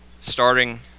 starting